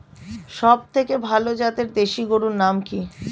সবথেকে ভালো জাতের দেশি গরুর নাম কি?